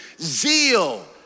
zeal